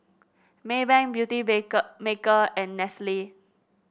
May bank Beauty maker and Nestle